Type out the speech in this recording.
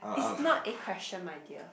it's not a question my dear